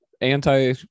Anti